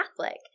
Catholic